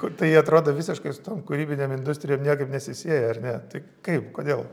kur tai atrodo visiškai su tom kūrybinėm industrijom niekaip nesisieja ar ne tai kaip kodėl